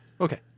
Okay